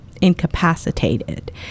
incapacitated